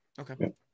Okay